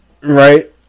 right